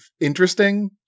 interesting